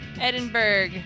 Edinburgh